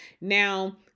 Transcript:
Now